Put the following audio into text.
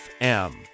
FM